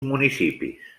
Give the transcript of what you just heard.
municipis